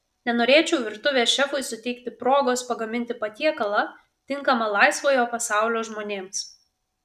nenorėčiau virtuvės šefui suteikti progos pagaminti patiekalą tinkamą laisvojo pasaulio žmonėms